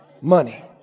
money